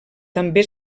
també